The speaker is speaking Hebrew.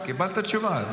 קיבלת תשובה.